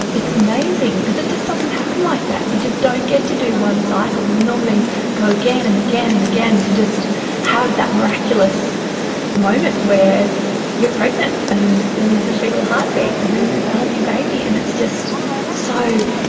it's amazing, because it just doesn't happen like that, you just don't get to do one cycle, you normally go again and again and again to just have that miraculous moment where you are pregnant, and then there's a fetal heartbeat and then there's a healthy baby, and it's just so,